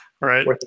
Right